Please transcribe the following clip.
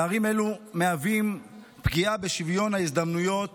פערים אלו מהווים פגיעה בשוויון ההזדמנויות